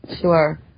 sure